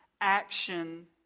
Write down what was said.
action